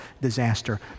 disaster